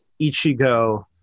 ichigo